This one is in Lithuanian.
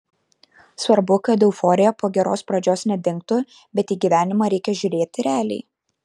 svarbu kad euforija po geros pradžios nedingtų bet į gyvenimą reikia žiūrėti realiai